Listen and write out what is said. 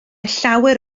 llawer